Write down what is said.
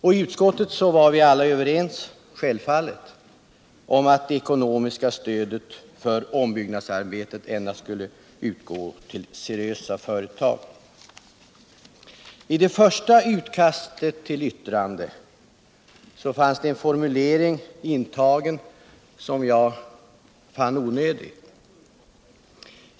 I utskottet var vi självfallet överens om att det ekonomiska stödet för ombyggnadsarbeten endast skulle utgå till seriösa företag. I det första utkastet till yttrande fanns en formulering som jag fann onödig.